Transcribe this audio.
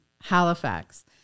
halifax